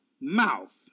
mouth